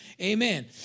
Amen